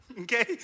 Okay